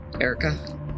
Erica